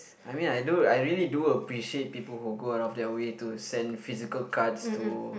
I mean I do I really do appreciate people who go out of their way to send physical cards to